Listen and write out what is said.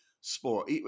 sport